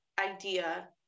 idea